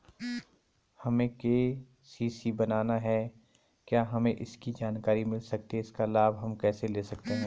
हमें के.सी.सी बनाना है क्या हमें इसकी जानकारी मिल सकती है इसका लाभ हम कैसे ले सकते हैं?